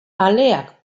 aleak